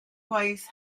gwaith